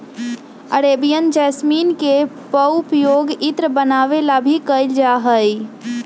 Arabian jasmine के पउपयोग इत्र बनावे ला भी कइल जाहई